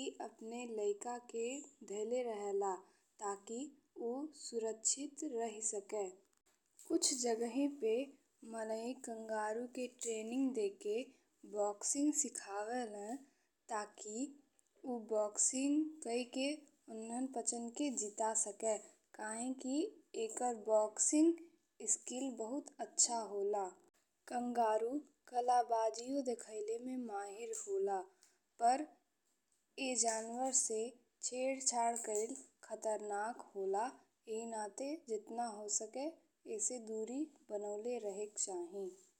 ई अपने लइका के धईल रहेला ताकि ऊ सुरक्षित रही सके। कुछ जगहि पर माने कंगारू के ट्रेनिंग देके बॉक्सिंग सिखावेले ताकि ऊ बॉक्सिंग कइ के उनहन बच्चन के जीता सके काहे कि एकर बॉक्सिंग स्किल बहुत अच्छा होला। कंगारू कलाबाजीओ देखावे में माहिर होला पर ई जनावर से छेड़छाड़ कइल खतरनाक होला इही नाते जतना हो सके एसे दूरी बनवले रहे के चाही।